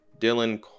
Dylan